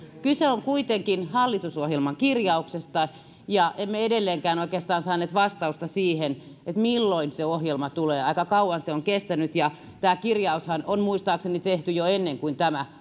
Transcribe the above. kyse on kuitenkin hallitusohjelman kirjauksesta ja emme edelleenkään oikeastaan saaneet vastausta siihen milloin se ohjelma tulee aika kauan se on kestänyt ja tämä kirjaushan on muistaakseni tehty jo ennen kuin tämä